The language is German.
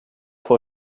vor